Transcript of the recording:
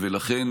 ולכן,